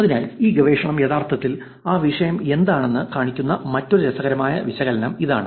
അതിനാൽ ഈ ഗവേഷണം യഥാർത്ഥത്തിൽ ആ വിഷയം എന്താണെന്ന് കാണിക്കുന്ന മറ്റൊരു രസകരമായ വിശകലനം ഇതാണ്